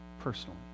personally